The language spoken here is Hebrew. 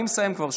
אני מסיים כבר,